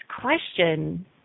question